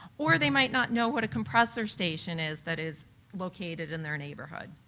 or they might not know what compressor station is that is located in their neighborhood,